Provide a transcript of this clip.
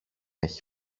έχει